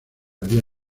había